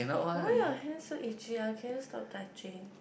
why your hand so itchy ah can you stop touching